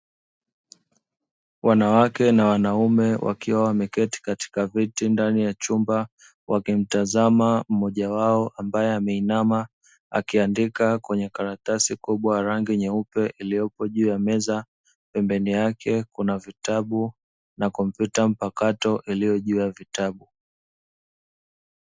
Wanawake na wanaume wakiwa wameketi katika viti ndani ya chumba, wakimtazama mmoja wao ambaye ameinama, akiandika kwenye karatasi kubwa ya rangi nyeupe iliyopo juu ya meza, pembeni yake kuna vitabu na kompyuta mpakato iliyo juu ya vitabu.